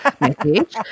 message